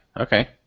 Okay